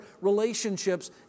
relationships